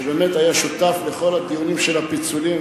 שבאמת היה שותף לכל הדיונים על הפיצולים,